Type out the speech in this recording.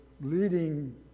leading